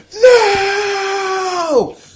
No